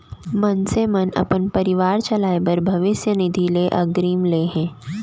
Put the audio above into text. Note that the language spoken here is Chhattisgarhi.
मनसे मन अपन परवार चलाए बर भविस्य निधि ले अगरिम ले हे